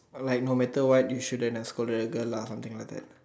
like no matter what you shouldn't have call her a girl lah something like that